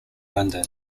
london